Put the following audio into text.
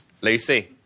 Lucy